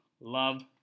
Love